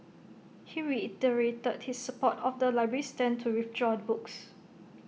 he reiterated his support of the library's stand to withdraw the books